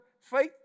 faith